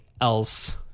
else